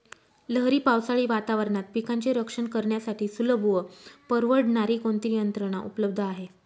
लहरी पावसाळी वातावरणात पिकांचे रक्षण करण्यासाठी सुलभ व परवडणारी कोणती यंत्रणा उपलब्ध आहे?